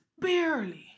Barely